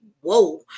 whoa